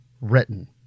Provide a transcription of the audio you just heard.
written